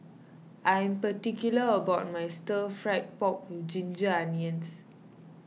I am particular about my Stir Fried Pork with Ginger Onions